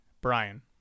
Brian